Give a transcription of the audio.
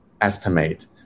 Estimate